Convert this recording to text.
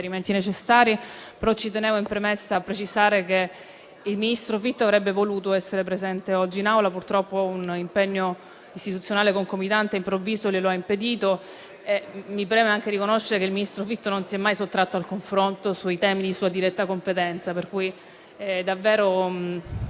necessari. In premessa, tengo tuttavia a precisare che il ministro Fitto avrebbe voluto essere presente oggi in Aula, ma purtroppo un impegno istituzionale concomitante e improvviso glielo ha impedito. Mi preme anche riconoscere che il ministro Fitto non si è mai sottratto al confronto sui temi di sua diretta competenza. *(Brusio.